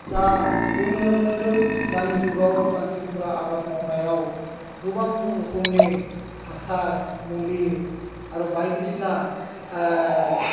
दा जों नुनो मोनदों दानि जुगाव मानसिफ्रा आबाद मावनायाव गोबां रोखोमनि हासार मुलि आरो बायदिसिना